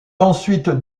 ensuite